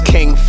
King